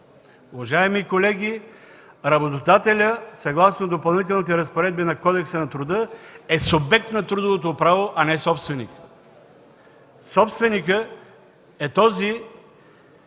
Уважаеми колеги, работодателят съгласно Допълнителните разпоредби на Кодекса на труда е субект на трудовото право, а не собственик. Собственик е този,